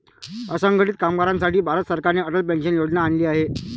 असंघटित कामगारांसाठी भारत सरकारने अटल पेन्शन योजना आणली आहे